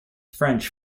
french